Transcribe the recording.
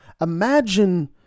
Imagine